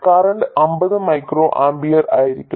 current 50 micro ampere ആയിരിക്കും